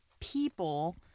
people